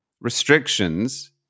restrictions